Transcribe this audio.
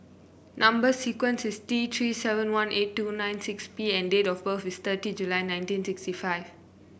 number sequence is T Three seven one eight two nine six P and date of birth is thirty July nineteen sixty five